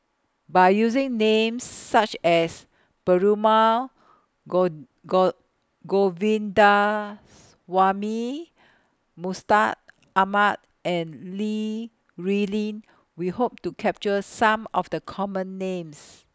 By using Names such as Perumal got got Govindaswamy Mustaq Ahmad and Li Rulin We Hope to capture Some of The Common Names